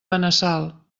benassal